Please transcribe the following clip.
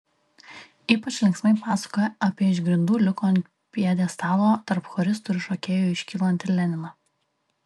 ypač linksmai pasakoja apie iš grindų liuko ant pjedestalo tarp choristų ir šokėjų iškylantį leniną